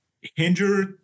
hinder